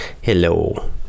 hello